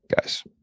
guys